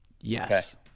Yes